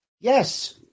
Yes